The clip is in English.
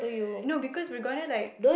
no because we're gonna like